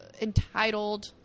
entitled